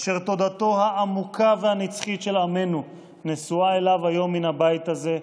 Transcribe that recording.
אשר תודתו העמוקה והנצחית של עמנו נשואה אליו היום מן הבית הזה.